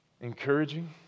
encouraging